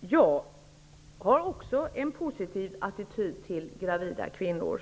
Jag har också en positiv attityd till gravida kvinnor.